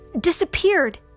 disappeared